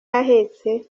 ahetse